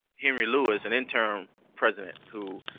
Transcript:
henry lewis, an interim president who